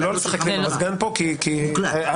וכשאני